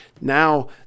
Now